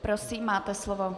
Prosím, máte slovo.